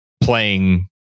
playing